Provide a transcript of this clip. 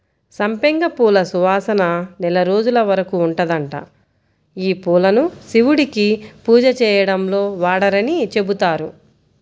సంపెంగ పూల సువాసన నెల రోజుల వరకు ఉంటదంట, యీ పూలను శివుడికి పూజ చేయడంలో వాడరని చెబుతారు